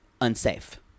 unsafe